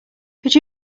could